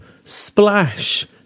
splash